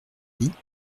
dit